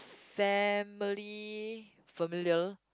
family familiar